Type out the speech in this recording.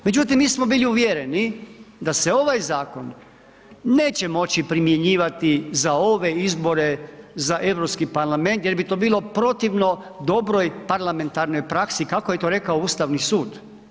Međutim mi smo bili uvjereni da se ovaj zakon neće moći primjenjivati za ove izbore za Europski parlament jer bi to bilo protivno dobroj parlamentarnoj praksi kako je to rekao Ustavni sud.